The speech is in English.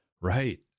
Right